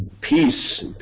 peace